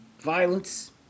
Violence